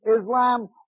Islam